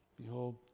Behold